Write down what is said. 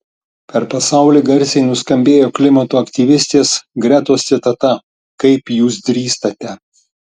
per pasaulį garsiai nuskambėjo klimato aktyvistės gretos citata kaip jūs drįstate